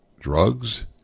drugs